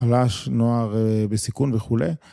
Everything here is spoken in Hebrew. על אש נוער בסיכון וכולי.